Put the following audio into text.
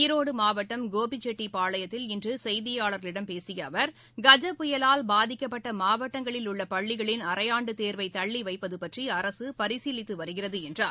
ஈரோடு மாவட்டம் கோபிசெட்டிப்பாளையத்தில் இன்று செய்தியாளர்களிடம் பேசிய அவர் கஜ புயலால் பாதிக்கப்பட்ட மாவட்டங்களில் உள்ள பள்ளிகளின் அரையான்டு தேர்வை தள்ளி வைப்பது பற்றி அரசு பரிசீலித்து வருகிறது என்றார்